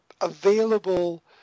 available